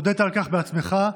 הודית בכך בעצמך,